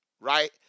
right